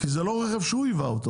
כי זה לא רכב שהוא ייבא אותו.